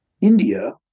India